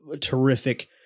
terrific